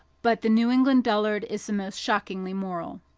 but the new england dullard is the most shockingly moral.